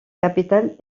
capitale